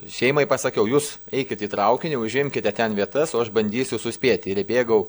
šeimai pasakiau jūs eikit į traukinį užimkite ten vietas o aš bandysiu suspėti ir įbėgau